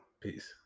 Peace